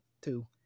two